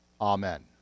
Amen